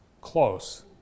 Close